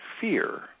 fear